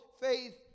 faith